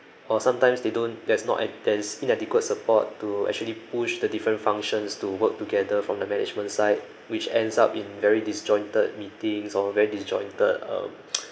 or sometimes they don't there's no ad~ there's inadequate support to actually push the different functions to work together from the management side which ends up in very disjointed meetings or very disjointed um